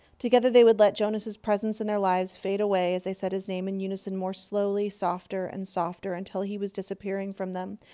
together they would let jonas's presence in their lives fade away as they said his name in unison more slowly, softer and softer, until he was disappearing from them,